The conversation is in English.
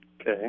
Okay